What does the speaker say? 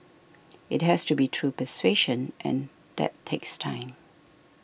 it has to be through persuasion and that takes time